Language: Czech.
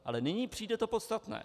Ale nyní přijde to podstatné.